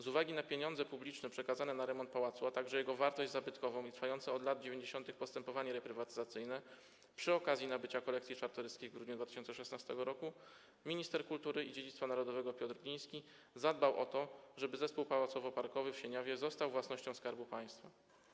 Z uwagi na pieniądze publiczne przekazane na remont pałacu, a także jego wartość zabytkową i trwające od lat 90. postępowanie reprywatyzacyjne, przy okazji nabycia kolekcji Czartoryskich w grudniu 2016 r., minister kultury i dziedzictwa narodowego Piotr Gliński zadbał o to, żeby zespół pałacowo-parkowy w Sieniawie został własnością Skarbu Państwa.